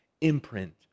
imprint